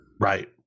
right